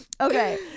okay